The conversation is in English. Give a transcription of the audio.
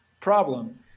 problem